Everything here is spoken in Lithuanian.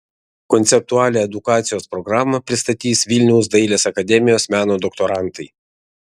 konceptualią edukacijos programą pristatys vilniaus dailės akademijos meno doktorantai